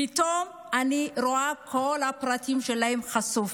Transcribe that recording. ופתאום אני רואה את כל הפרטים שלהם חשופים.